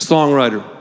Songwriter